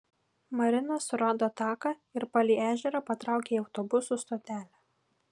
marina surado taką ir palei ežerą patraukė į autobusų stotelę